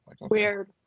weird